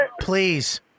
Please